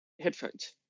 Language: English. headphones